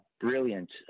brilliant